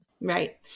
Right